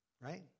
Right